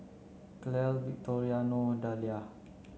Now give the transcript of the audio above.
Clell Victoriano Dalia